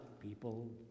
people